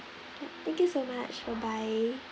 thank you so much bye bye